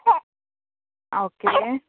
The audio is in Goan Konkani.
आं ओके